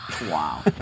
Wow